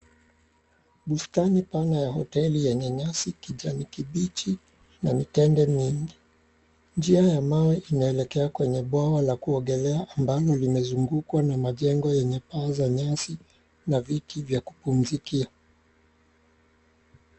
Bustani pana ya hoteli yenye nyasi kijani kibichi na mitende mingi, njia ya mawe inaelekea kwenye bwawa la kuogelea ambalo limezungukwa na majengo yenye paa za nyasi na viti vya kupumzikia.